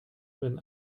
wenn